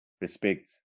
respect